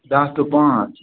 دَہ ٹُوٚ پانٛژھ